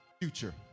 future